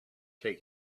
take